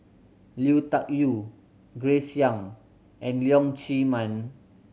Lui Tuck Yew Grace Young and Leong Chee Mun